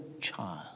child